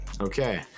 Okay